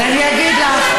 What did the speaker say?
אז אני אגיד לך.